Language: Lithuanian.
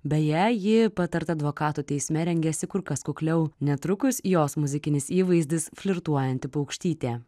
beje ji patarta advokato teisme rengiasi kur kas kukliau netrukus jos muzikinis įvaizdis flirtuojanti paukštytė